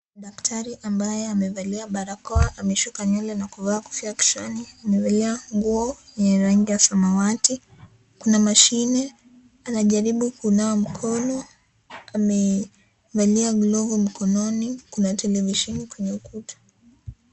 Daktari ambaye amevalia barakoa, amesuka nyewele na kuvaa kofia kichwani. Amevalia nguo yenye rangi ya samawati. Kuna mashine, anajaribu kunawa mkono. Amevalia glovu mkononi, kuna televisheni kwenye ukuta.